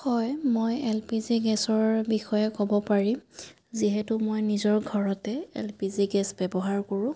হয় মই L P G গেছৰ বিষয়ে ক'ব পাৰিম যিহেতু মই নিজৰ ঘৰতে এল পি জি গেছ ব্যৱহাৰ কৰোঁ